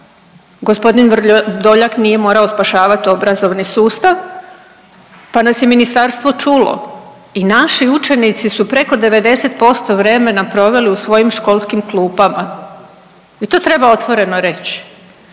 gospodin Vrdoljak nije morao spašavat obrazovni sustav, pa nas je ministarstvo čulo i naši učenici su preko 90% vremena proveli u svojim školskim klupama i to treba otvoreno reći.